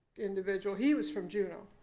individual. he was from juneau.